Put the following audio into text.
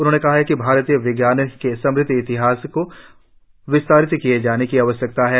उन्होंने कहा कि भारतीय विज्ञान के समृद्ध इतिहास को विस्तारित किए जाने की आवश्यकता है